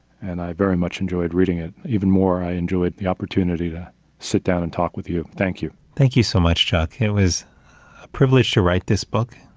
and i very much enjoyed reading it. even more, i enjoyed the opportunity to sit down and talk with you. thank you. thank you so much, chuck. it was a privilege to write this book.